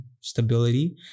stability